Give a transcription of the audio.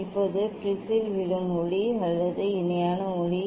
இப்போது ப்ரிஸில் விழும் ஒளி அல்லது இணையான ஒளி